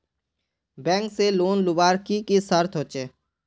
Bank से loan लुबार की की शर्त होचए?